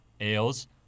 Ales